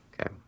Okay